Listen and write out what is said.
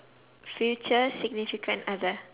future significant other